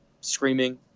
screaming